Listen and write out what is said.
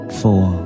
four